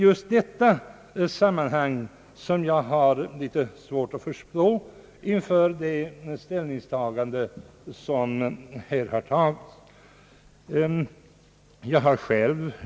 Just detta gör att jag har litet svårt att förstå det ställningstagande som gjorts.